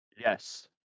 Yes